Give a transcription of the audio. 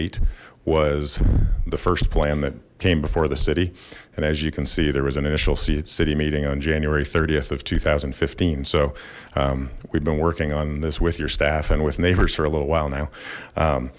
eight was the first plan that came before the city and as you can see there was an initial city meeting on january th of two thousand and fifteen so we've been working on this with your staff and with neighbors for a little while now